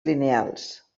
lineals